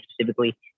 specifically